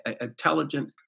intelligent